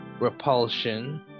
repulsion